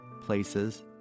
places